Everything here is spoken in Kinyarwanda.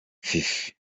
fifi